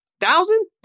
thousand